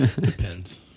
Depends